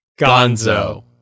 Gonzo